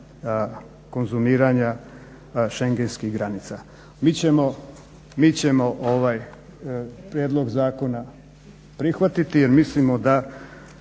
konzumiranja Schengenskih granica. Mi ćemo prijedlog zakona prihvatiti, jer mislimo da